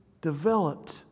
developed